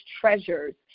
treasures